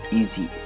easy